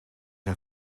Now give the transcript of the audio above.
een